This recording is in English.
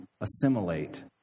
assimilate